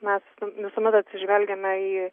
mes visuomet atsižvelgiame į